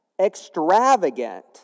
extravagant